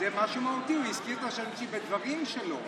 זה משהו מהותי, הוא הזכיר את השם שלי בדברים שלו.